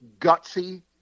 gutsy